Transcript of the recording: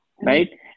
Right